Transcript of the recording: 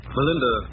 Melinda